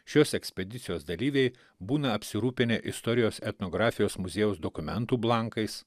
šios ekspedicijos dalyviai būna apsirūpinę istorijos etnografijos muziejaus dokumentų blankais